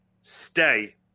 Stay